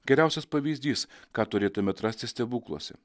geriausias pavyzdys ką turėtume atrasti stebukluose